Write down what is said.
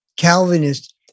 Calvinist